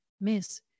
Miss